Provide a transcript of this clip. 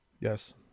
Yes